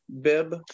bib